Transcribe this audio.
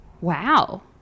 Wow